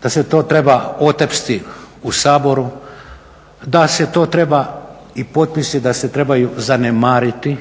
da se to treba otepsti u Saboru, da se to treba i potpisi da se trebaju zanemariti,